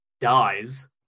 dies